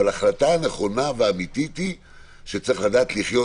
אבל ההחלטה הנכונה והאמיתית היא שצריך לדעת לחיות